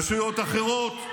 רשויות אחרות.